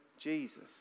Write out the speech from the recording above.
Jesus